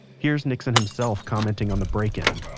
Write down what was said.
here's nixon himself commenting on the break-in